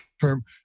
term